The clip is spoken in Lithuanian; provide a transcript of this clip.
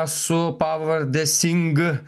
su pavarde sing